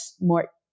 more